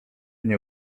nie